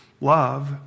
Love